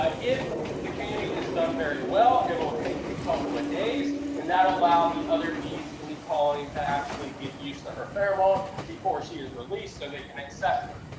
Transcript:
ah the candy is done very well, it will take a couple of days. and that allowed the other bees in the colony to actually get used to her pheromones before she is released so they can accept her,